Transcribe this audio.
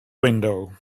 window